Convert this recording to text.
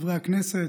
חברי הכנסת,